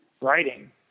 writing